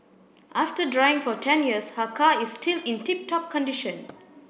after driving for ten years her car is still in tip top condition